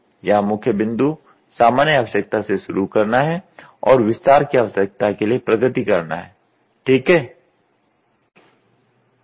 यहां मुख्य बिंदु सामान्य आवश्यकता से शुरू करना है और विस्तार की आवश्यकता के लिए प्रगति करना है ठीक है